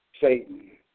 Satan